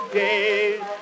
days